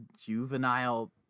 juvenile